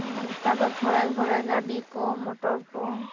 ᱟᱨ ᱱᱮᱛᱟᱨ ᱫᱚ ᱜᱷᱚᱨᱮ ᱜᱷᱚᱨᱮ ᱜᱟᱹᱰᱤ ᱠᱚ ᱢᱚᱴᱚᱨ ᱠᱚ